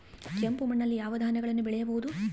ಕೆಂಪು ಮಣ್ಣಲ್ಲಿ ಯಾವ ಧಾನ್ಯಗಳನ್ನು ಬೆಳೆಯಬಹುದು?